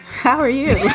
how are you?